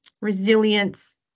resilience